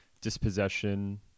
dispossession